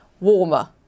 warmer